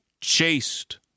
chased